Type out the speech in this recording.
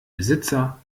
besitzer